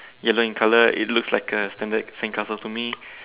yellow in colour it looks like a standard sandcastle to me